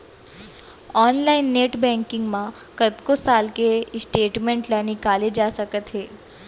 online net banking म कतको साल के स्टेटमेंट ल निकाले जा सकत हे